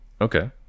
Okay